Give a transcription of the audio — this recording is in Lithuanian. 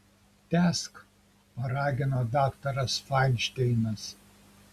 tęsk paragino daktaras fainšteinas